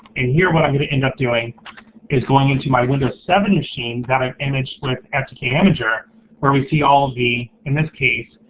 and here what i'm gonna end up doing is going into my windows seven machine that i've imaged with ftk imager where we see all of the, in this case,